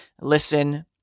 listen